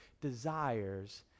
desires